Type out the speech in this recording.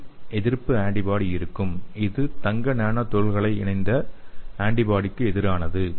G எதிர்ப்பு antibody இருக்கும் இது தங்க நானோ துகள்கள் இணைந்த ஆன்டிபாடிக்கு எதிரானது